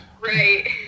Right